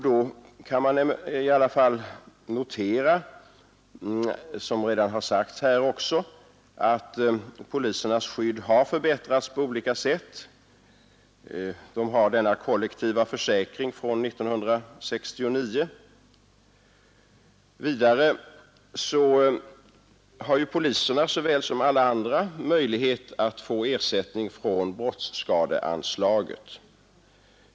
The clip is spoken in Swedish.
Då kan man notera, som också redan sagts här, att polisernas skydd har förbättrats på olika sätt. De har denna kollektiva försäkring från 1969. Vidare har poliserna såväl som alla andra möjlighet att få ersättning från brottsskadeanslaget.